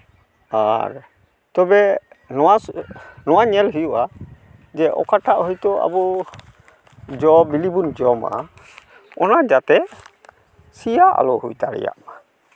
ᱟᱨ ᱛᱚᱵᱮ ᱱᱚᱣᱟ ᱱᱚᱣᱟ ᱧᱮᱞ ᱦᱩᱭᱩᱜᱼᱟ ᱡᱮ ᱚᱠᱟᱴᱟᱜ ᱦᱳᱭᱛᱳ ᱟᱵᱚ ᱡᱚ ᱵᱤᱞᱤ ᱵᱚᱱ ᱡᱚᱢᱟ ᱚᱱᱟ ᱡᱟᱛᱮ ᱥᱮᱭᱟ ᱟᱞᱚ ᱦᱩᱭ ᱫᱟᱲᱮᱭᱟᱜᱼᱢᱟ